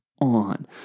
on